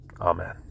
Amen